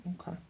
Okay